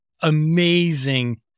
amazing